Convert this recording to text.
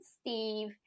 Steve